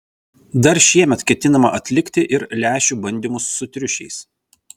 dar šiemet ketinama atlikti ir lęšių bandymus su triušiais